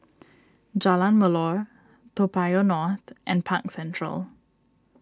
Jalan Melor Toa Payoh North and Park Central